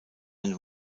ein